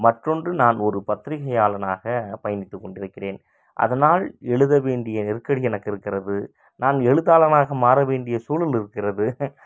மற்றொன்று நான் ஒரு பத்திரிகையாளனாக பயணித்து கொண்டிருக்கிறேன் அதனால் எழுத வேண்டிய நெருக்கடி எனக்கு இருக்கிறது நான் எழுத்தாளனாக மாற வேண்டிய சூழல் இருக்கின்றது